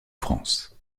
france